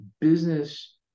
business